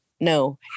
no